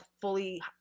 fully